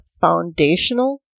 foundational